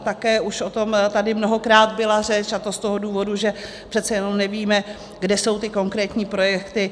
Také už o tom tady mnohokrát byla řeč, a to z toho důvodu, že přece jenom nevíme, kde jsou ty konkrétní projekty.